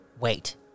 Wait